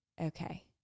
okay